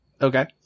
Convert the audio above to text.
Okay